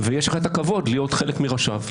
ויש לך את הכבוד להיות חלק מראשיו,